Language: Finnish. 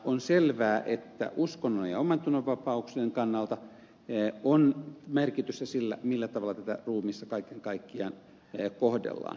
on selvää että uskonnon ja omantunnon vapauksien kannalta on merkitystä sillä millä tavalla tätä ruumista kaiken kaikkiaan kohdellaan